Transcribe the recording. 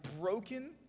broken